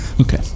Okay